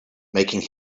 making